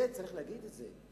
צריך להגיד את זה.